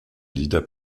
lieder